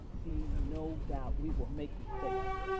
be no doubt, we will make mistakes.